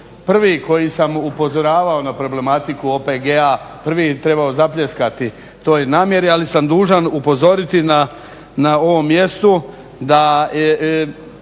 prvi koji sam upozoravao na problematiku OPG-a prvi trebao zapljeskati toj namjeri ali sam dužan upozoriti na ovom mjestu da